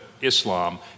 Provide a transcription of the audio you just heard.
Islam